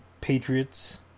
Patriots